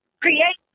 create